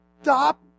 Stop